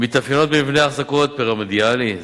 ומתאפיינות במבנה אחזקות פירמידלי,